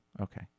Okay